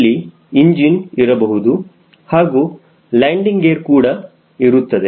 ಇಲ್ಲಿ ಇಂಜಿನ್ ಇರಬಹುದು ಹಾಗೂ ಲ್ಯಾಂಡಿಂಗ್ ಗೇರ್ ಕೂಡ ಇರುತ್ತದೆ